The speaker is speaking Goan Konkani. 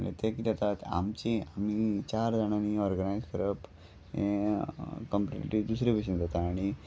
म्हूण तें कितें जाता आमचीं आमी चार जाणांनी ऑर्गनायझ करप हें कंमप्लीटली दुसरे भशेन जाता आनी